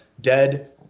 dead